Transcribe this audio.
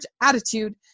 attitude